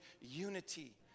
unity